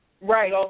Right